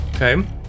okay